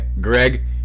Greg